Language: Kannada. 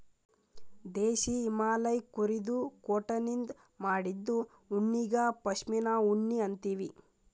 ದೇಶೀ ಹಿಮಾಲಯ್ ಕುರಿದು ಕೋಟನಿಂದ್ ಮಾಡಿದ್ದು ಉಣ್ಣಿಗಾ ಪಶ್ಮಿನಾ ಉಣ್ಣಿ ಅಂತೀವಿ